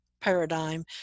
paradigm